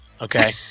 okay